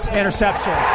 interception